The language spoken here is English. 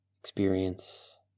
experience